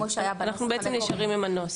אנחנו נשארים, בעצם, עם הנוסח.